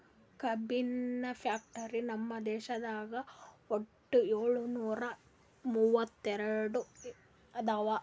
ಕಬ್ಬಿನ್ ಫ್ಯಾಕ್ಟರಿ ನಮ್ ದೇಶದಾಗ್ ವಟ್ಟ್ ಯೋಳ್ನೂರಾ ಮೂವತ್ತೆರಡು ಅದಾವ್